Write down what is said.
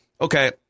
okay